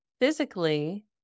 Physically